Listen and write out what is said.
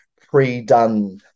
pre-done